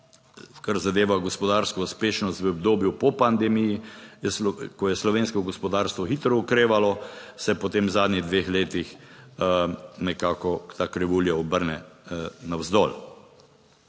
kar zadeva gospodarsko uspešnost v obdobju po pandemiji, ko je slovensko gospodarstvo hitro okrevalo, se potem v zadnjih dveh letih nekako ta krivulja obrne navzdol.